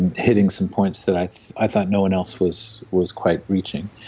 and hitting some points that i i thought no one else was was quite reaching.